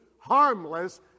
harmless